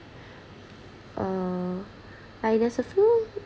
uh but there's a few